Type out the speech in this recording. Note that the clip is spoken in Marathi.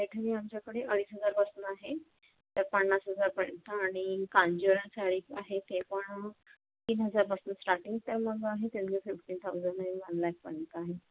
पैठणी आमच्याकडे अडीच हजारपासून आहे ते पन्नास हजारपर्यंत आणि कांजीवरम साडीज आहे ते पण तीन हजारपासनं स्टार्टिंग ते मग आहे फिफ्टीन थाउजंड आणि वन लॅकपर्यंत